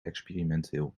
experimenteel